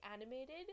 animated